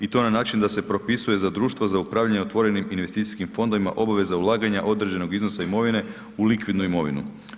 I to na način da se propisuje za društvo za upravljanje otvorenih investicijskih fondovima, obaveza ulaganja određenog iznosa imovine u likvidnu imovinu.